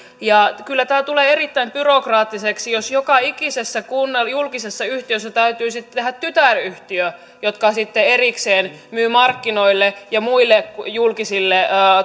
kyllä tämä tulee erittäin byrokraattiseksi jos joka ikisessä julkisessa yhtiössä täytyisi tehdä tytäryhtiö joka sitten erikseen myy markkinoille ja muille julkisille